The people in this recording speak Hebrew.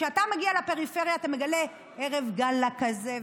כשאתה מגיע לפריפריה אתה מגלה ערב גאלה כזה,